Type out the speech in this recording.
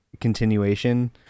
continuation